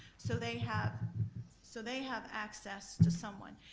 so they have so they have access to someone.